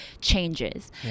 changes